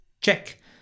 check